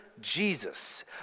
Jesus